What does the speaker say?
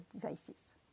devices